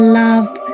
love